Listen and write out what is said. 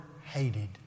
hated